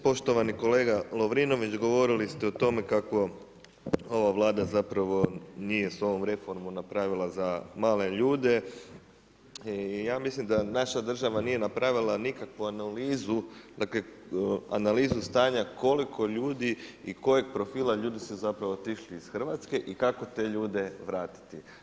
Poštovani kolega Lovrinović govorili ste o tome kako ova vlada zapravo nije s ovom reformom napravila za male ljude i ja mislim da naša država nije napravila nikakvu analizu, dakle analizu stanja koliko ljudi i kojeg profila ljudi su zapravo otišli iz Hrvatske i kako te ljude vratiti.